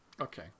Okay